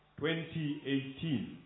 2018